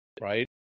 Right